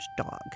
dog